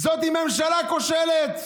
זאת ממשלה כושלת.